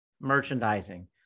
merchandising